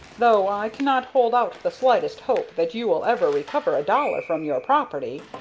though i cannot hold out the slightest hope that you will ever recover a dollar from your property.